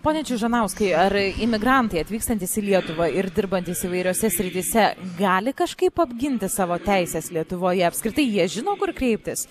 pone čižinauskai ar imigrantai atvykstantys į lietuvą ir dirbantys įvairiose srityse gali kažkaip apginti savo teises lietuvoje apskritai jie žino kur kreiptis